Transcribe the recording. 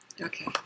Okay